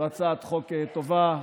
זו הצעת חוק טובה,